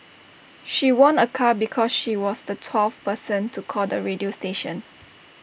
she won A car because she was the twelfth person to call the radio station